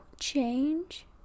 Change